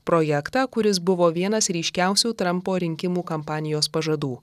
projektą kuris buvo vienas ryškiausių trumpo rinkimų kampanijos pažadų